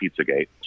Pizzagate